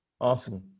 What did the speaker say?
Awesome